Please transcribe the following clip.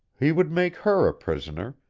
he would make her a prisoner,